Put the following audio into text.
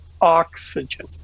oxygen